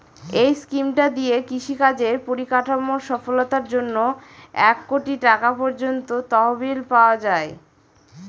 এই স্কিমটা দিয়ে কৃষি কাজের পরিকাঠামোর সফলতার জন্যে এক কোটি টাকা পর্যন্ত তহবিল পাওয়া যায়